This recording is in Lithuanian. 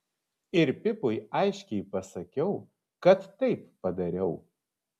ir pipui aiškiai pasakiau kad taip padariau